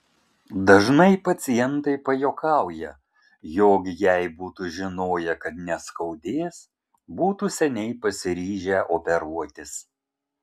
dažnai pacientai pajuokauja jog jei būtų žinoję kad neskaudės būtų seniai pasiryžę operuotis